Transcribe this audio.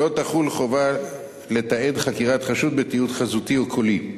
לא תחול החובה לתעד חקירת חשוד בתיעוד חזותי או קולי.